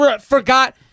forgot